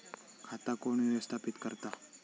खाता कोण व्यवस्थापित करता?